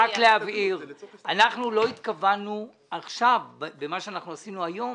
אנחנו לא התכוונו עכשיו במה שאנחנו עשינו היום